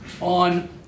on